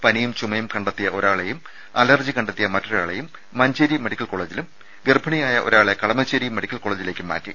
പനിയും ചുമയും കണ്ടെത്തിയ ഒരാളെയും അലർജി കണ്ടെത്തിയ മറ്റൊരാളെയും മഞ്ചേരി മെഡിക്കൽ കോളജിലും ഗർഭിണിയായ ഒരാളെ കളമശേരി മെഡിക്കൽ കോളജിലേക്കും മാറ്റി